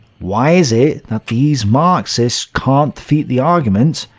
why is it that these marxists can't defeat the argument,